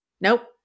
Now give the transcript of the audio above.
Nope